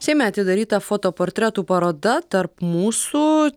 seime atidaryta fotoportretų paroda tarp mūsų